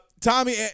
Tommy